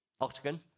Octagon